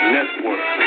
Network